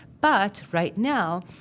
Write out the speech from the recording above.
but, right now,